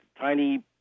tiny